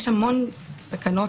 יש המון סכנות.